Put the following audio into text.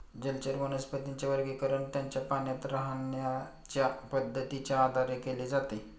जलचर वनस्पतींचे वर्गीकरण त्यांच्या पाण्यात राहण्याच्या पद्धतीच्या आधारे केले जाते